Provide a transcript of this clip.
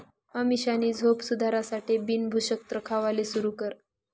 अमीषानी झोप सुधारासाठे बिन भुक्षत्र खावाले सुरू कर